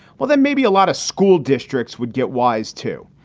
well, then maybe a lot of school districts would get wise to,